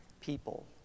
people